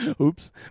Oops